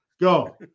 go